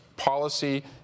Policy